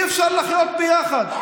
אי-אפשר לחיות ביחד.